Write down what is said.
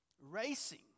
Racing